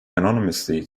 unanimously